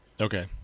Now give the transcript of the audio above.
okay